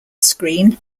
screen